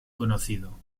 conocido